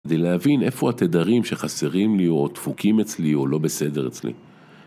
כדי להבין איפה התדרים שחסרים לי, או דפוקים אצלי, או לא בסדר אצלי.